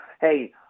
hey